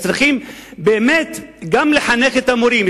אז צריכים גם לחנך את המורים,